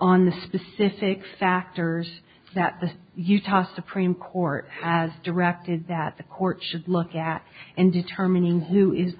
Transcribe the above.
on the specific factors that the utah supreme court has directed that the court should look at in determining who is the